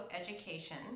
education